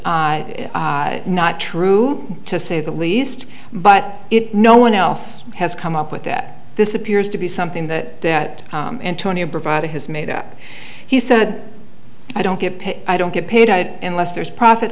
not true to say the least but it no one else has come up with that this appears to be something that antonio provided has made up he said i don't get paid i don't get paid unless there's profit